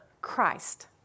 Christ